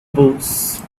boots